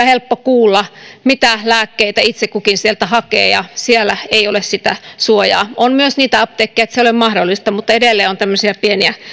helppo kuulla mitä lääkkeitä itse kukin sieltä hakee ja siellä ei ole sitä suojaa on myös niitä apteekkeja joissa se ei ole mahdollista mutta edelleen on tämmöisiä pieniä